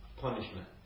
punishment